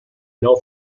nou